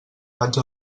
vaig